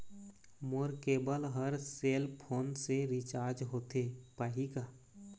मोर cable हर cell phone से recharge होथे पाही का?